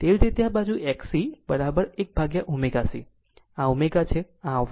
તેવી જ રીતે આ બાજુ XC 1 ω C આ બાજુ ω છે અને આ બાજુ અવરોધ છે